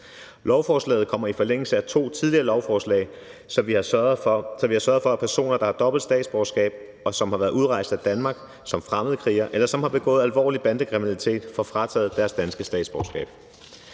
Lovforslaget kommer i forlængelse af to tidligere lovforslag, så vi har sørget for, at personer, der har dobbelt statsborgerskab, og som har været udrejst af Danmark som fremmedkrigere, eller som har begået alvorlig bandekriminalitet, får frataget deres danske statsborgerskab.